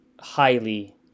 highly